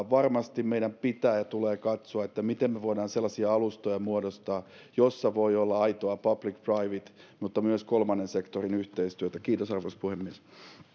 varmasti meidän pitää ja tulee katsoa miten me voimme sellaisia alustoja muodostaa joissa voi olla aitoa public private mutta myös kolmannen sektorin yhteistyötä kiitos arvoisa puhemies